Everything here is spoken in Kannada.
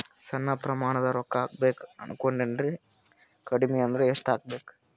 ಸಣ್ಣ ಪ್ರಮಾಣದ ರೊಕ್ಕ ಹಾಕಬೇಕು ಅನಕೊಂಡಿನ್ರಿ ಕಡಿಮಿ ಅಂದ್ರ ಎಷ್ಟ ಹಾಕಬೇಕು?